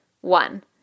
One